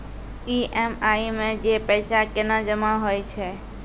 EMI मे जे पैसा केना जमा होय छै?